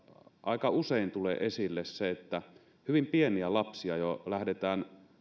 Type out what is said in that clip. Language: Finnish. aika usein tulee esille että jo hyvin pieniä lapsia lähdetään